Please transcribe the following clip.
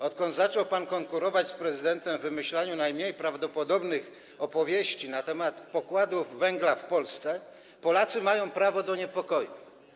Odkąd zaczął pan konkurować z prezydentem w wymyślaniu najmniej prawdopodobnych opowieści na temat pokładów węgla w Polsce, Polacy mają prawo do niepokoju.